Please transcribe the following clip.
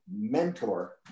mentor